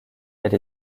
elle